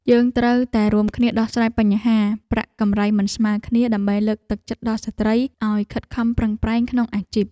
យើងត្រូវតែរួមគ្នាដោះស្រាយបញ្ហាប្រាក់កម្រៃមិនស្មើគ្នា ដើម្បីលើកទឹកចិត្តដល់ស្ត្រីឱ្យខិតខំប្រឹងប្រែងក្នុងអាជីព។